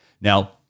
Now